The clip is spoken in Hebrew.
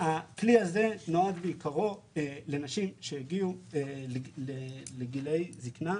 הזה נועד בעיקרו לנשים שהגיעו לגיל זקנה,